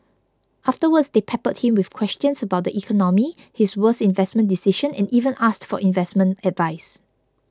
afterwards they peppered him with questions about the economy his worst investment decision and even asked for investment advice